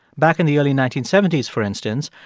back in the early nineteen seventy s, for instance,